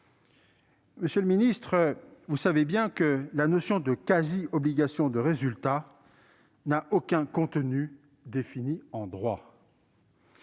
Monsieur le garde des sceaux, vous savez bien que la notion de « quasi-obligation de résultat » n'a aucun contenu défini en droit.